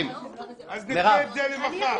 הולך ובא, אז נדחה את זה למחר.